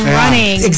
running